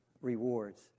rewards